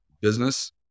business